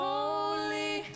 Holy